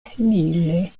simile